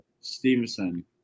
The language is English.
Stevenson